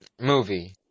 movie